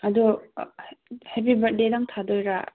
ꯑꯗꯣ ꯍꯦꯞꯄꯤ ꯕꯥꯔꯠ ꯗꯦꯇꯪ ꯊꯥꯗꯣꯏꯔꯥ